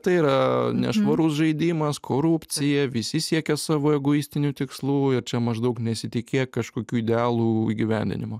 tai yra nešvarus žaidimas korupcija visi siekia savo egoistinių tikslų ir čia maždaug nesitikėk kažkokių idealų įgyveninimo